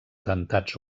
dentats